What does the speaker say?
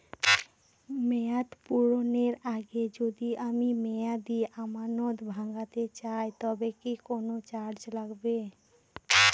মেয়াদ পূর্ণের আগে যদি আমি মেয়াদি আমানত ভাঙাতে চাই তবে কি কোন চার্জ লাগবে?